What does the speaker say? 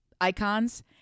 Icons